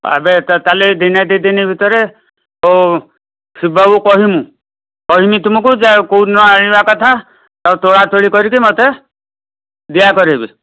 ଏବେ ତାହେଲେ ଦିନେ ଦୁଇଦିନ ଭିତରେ ହେଉ ଶିବବାବୁ କହିମୁ କହିମି ତୁମକୁ ଯେ କେଉଁ ଦିନ ଆଣିବା କଥା ତାକୁ ତୋଳା ତୋଳି କରିକି ମୋତେ ଦିଆ କରାଇବେ